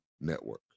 Network